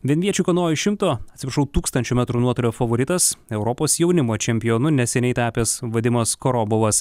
vienviečių kanojų šimto atsiprašau tūkstančio metrų nuotolio favoritas europos jaunimo čempionu neseniai tapęs vadimas korobovas